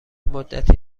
مدتی